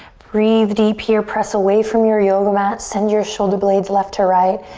breathe deep here. press away from your yoga mat. send your shoulder blades left to right.